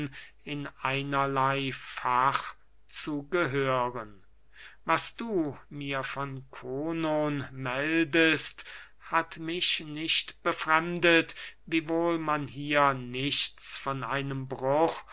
in einerley fach zu gehören was du mir von konon meldest hat mich nicht befremdet wiewohl man hier nichts von einem bruch